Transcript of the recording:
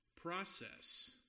process